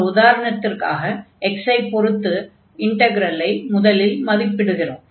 ஒர் உதாரணத்திற்காக x ஐ பொருத்த இன்டக்ரலை முதலில் மதிப்பிடுகிறோம்